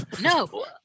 No